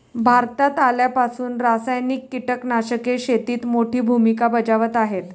भारतात आल्यापासून रासायनिक कीटकनाशके शेतीत मोठी भूमिका बजावत आहेत